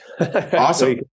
Awesome